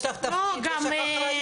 יש לך תפקיד, יש לך אחריות.